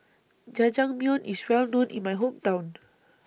Jajangmyeon IS Well known in My Hometown